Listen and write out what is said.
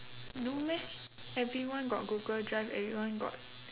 no meh everyone got google drive everyone got